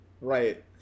right